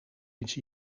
eens